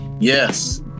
Yes